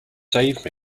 save